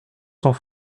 sont